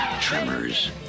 Tremors